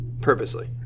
purposely